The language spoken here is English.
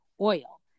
oil